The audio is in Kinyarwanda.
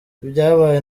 ibyabaye